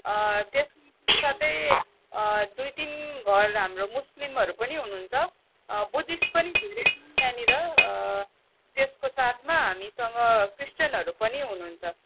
त्यसका साथै दुई तिन घर हाम्रो मुस्लिमहरू पनि हुनुहुन्छ बुद्धिस्ट पनि धेरै छन् यहाँनिर त्यसको साथमा हामीसँग क्रिस्चियनहरू पनि हुनुहुन्छ